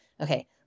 okay